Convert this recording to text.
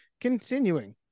Continuing